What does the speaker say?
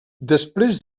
després